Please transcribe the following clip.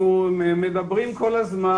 אנחנו מדברים כל הזמן.